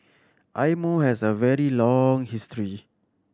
Eye Mo has a very long history